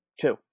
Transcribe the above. Two